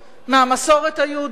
מהמסורת היהודית